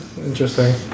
Interesting